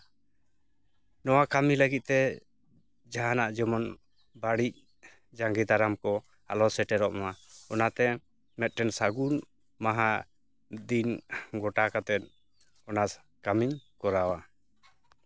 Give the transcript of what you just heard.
ᱱᱚᱣᱟ ᱠᱟᱹᱢᱤ ᱞᱟᱹᱜᱤᱫ ᱛᱮ ᱡᱟᱦᱟᱱᱟᱜ ᱡᱮᱢᱚᱱ ᱵᱟᱹᱲᱤᱡ ᱡᱟᱸᱜᱮ ᱫᱟᱨᱟᱢ ᱠᱚ ᱟᱞᱚ ᱥᱮᱴᱮᱨᱚᱜ ᱢᱟ ᱚᱱᱟᱛᱮ ᱢᱤᱫᱴᱮᱱ ᱥᱟᱹᱜᱩᱱ ᱢᱟᱦᱟ ᱫᱤᱱ ᱜᱚᱴᱟ ᱠᱟᱛᱮ ᱚᱱᱟ ᱠᱟᱹᱢᱤᱧ ᱠᱚᱨᱟᱣᱟ